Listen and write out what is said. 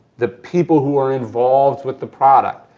the people who are involved with the product.